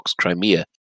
Crimea